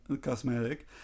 cosmetic